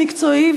ומקצועי,